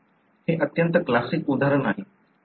हे अत्यंत क्लासिक उदाहरण आहे आपण याबद्दल अधिक वाचू शकता